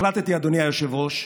החלטתי, אדוני היושב-ראש,